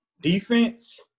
defense